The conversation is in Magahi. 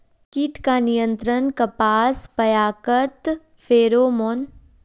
कीट का नियंत्रण कपास पयाकत फेरोमोन?